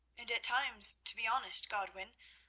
and at times, to be honest, godwin,